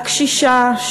הקשישה,